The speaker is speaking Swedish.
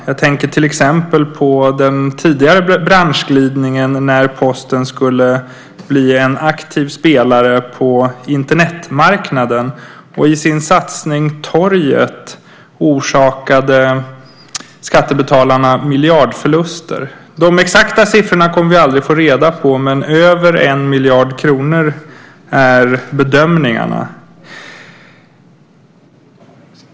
Jag tänker till exempel på den tidigare branschglidningen när Posten skulle bli en aktiv spelare på Internetmarknaden och i och med sin satsning Torget orsakade skattebetalarna miljardförluster. De exakta siffrorna kommer vi aldrig att få reda på. Men det var över en miljard kronor, bedömer man.